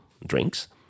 drinks